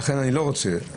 אז אתה בעד.